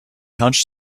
hunched